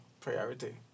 priority